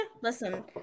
Listen